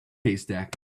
haystack